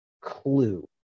clue